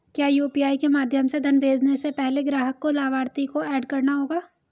क्या यू.पी.आई के माध्यम से धन भेजने से पहले ग्राहक को लाभार्थी को एड करना होगा?